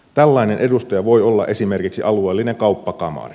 tällainen edustaja voi olla esimerkiksi alueellinen kauppakamari